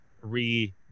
re